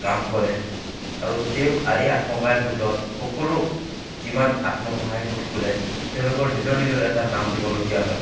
কাম কৰে আৰু তেওঁৰ এই আত্মসহায়ক গোটত সকলো যিমান আত্মসহায়ক গোট খোলে তেওঁলোকৰ নিজৰ নিজৰ এটা নাম দিবলগীয়া হয়